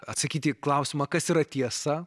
atsakyti į klausimą kas yra tiesa